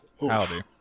Howdy